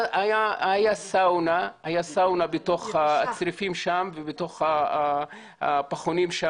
היה סאונה בתוך הצריפים שם ובתוך הפחונים.